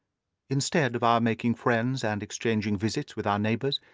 instead of um making friends and exchanging visits with our neighbours,